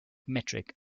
metric